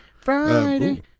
Friday